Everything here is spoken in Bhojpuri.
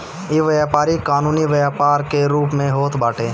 इ व्यापारी कानूनी व्यापार के रूप में होत बाटे